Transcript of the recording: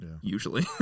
usually